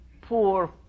Poor